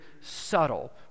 subtle